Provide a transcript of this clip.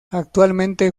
actualmente